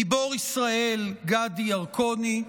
גיבור ישראל גדי ירקוני,